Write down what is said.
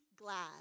glad